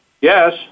Yes